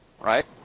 Right